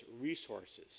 resources